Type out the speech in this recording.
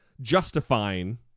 justifying